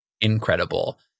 incredible